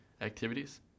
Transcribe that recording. activities